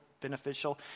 beneficial